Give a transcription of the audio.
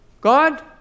God